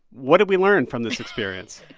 what did we learn from this experience?